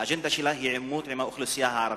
האג'נדה שלה היא עימות עם האוכלוסייה הערבית.